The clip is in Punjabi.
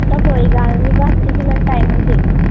ਉਹ ਤਾਂ ਕੋਈ ਗੱਲ ਨਹੀਂ ਬਸ ਤੁਸੀਂ ਮੈਨੂੰ ਟਾਈਮਿੰਗ ਦੇ ਦਿਓ